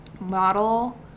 model